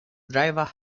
driver